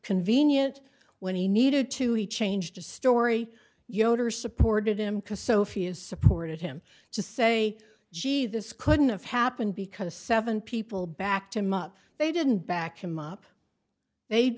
convenient when he needed to he changed his story yoder supported him cause sophia's supported him to say gee this couldn't have happened because seven people back to him up they didn't back him up they